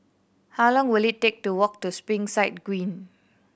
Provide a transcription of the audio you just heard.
how long will it take to walk to Springside Green